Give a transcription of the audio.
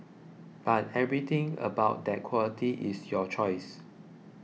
but everything about that quality is your choice